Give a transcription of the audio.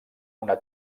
una